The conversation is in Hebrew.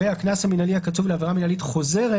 (ב) הקנס המינהלי הקצוב לעבירה מינהלית חוזרת